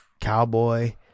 Cowboy